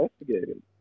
investigated